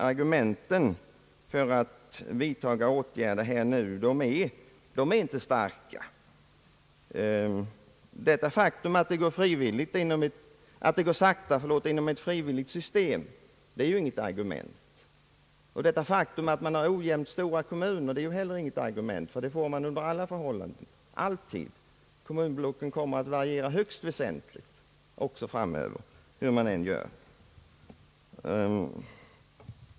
Argumenten för att vidta åtgärder i förevarande avseende är inte starka. Det faktum att någonting går sakta inom ett frivilligt system är inget argument. Det faktum att det finns olika stora kommuner är heller inget argument, ty en sådan ojämnhet får man under alla förhållanden. Kommunblocken kommer att variera i storlek högst väsentligt också framöver — hur man än gör.